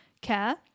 care